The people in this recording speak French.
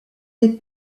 des